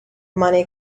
money